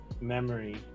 memory